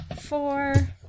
four